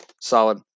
solid